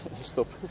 stop